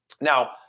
Now